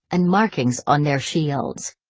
and markings on their shields.